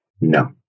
no